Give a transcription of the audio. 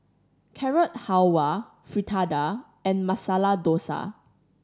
Carrot Halwa Fritada and Masala Dosa